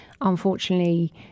unfortunately